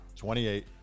28